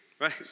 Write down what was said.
right